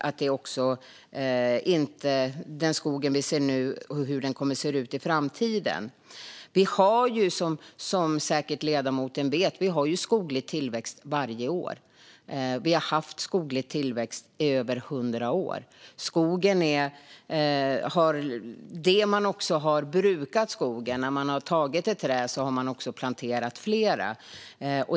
Det handlar om den skog vi ser nu och hur den kommer att se ut i framtiden. Vi har, som ledamoten säkert vet, skoglig tillväxt varje år. Vi har haft skoglig tillväxt i över 100 år. Det handlar om hur man har brukat skogen. När man har tagit ett träd har man också planterat flera.